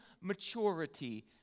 maturity